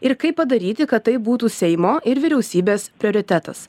ir kaip padaryti kad tai būtų seimo ir vyriausybės prioritetas